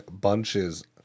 bunches